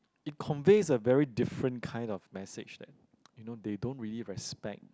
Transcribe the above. it convey a very different kind of message that you know they don't really respect